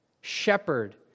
shepherd